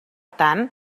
tant